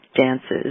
dances